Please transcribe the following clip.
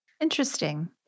Interesting